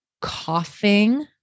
coughing